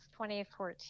2014